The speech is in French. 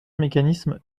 mécanisme